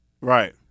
Right